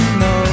no